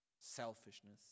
selfishness